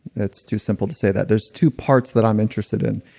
it's too simple to say that. there's two parts that i'm interested in.